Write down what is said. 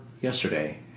yesterday